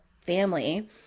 family